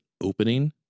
opening